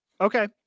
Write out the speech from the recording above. okay